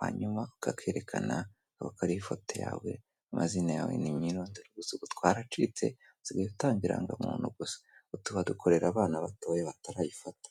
hanyuma ukakerekana, kaba kariho ifoto yawe, amazina yawe, n'imyirondoro gusa ubu twaracitse, usigaye utanga irangamuntu gusa, utu badukorera abana batoya batarayifata.